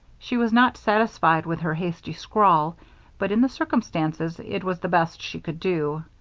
she was not satisfied with her hasty scrawl but, in the circumstances, it was the best she could do.